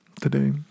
today